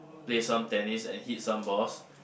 play some tennis and hit some balls